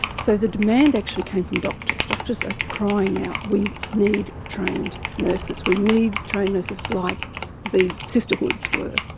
so the demand actually came from doctors. doctors are crying out, we need trained nurses, we need trained nurses like the sisterhoods were',